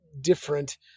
different